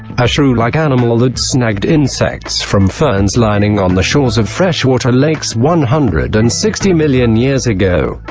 a shrew-like animal that snagged insects from ferns lining on the shores of freshwater lakes one hundred and sixty million years ago,